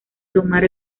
tomar